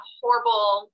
horrible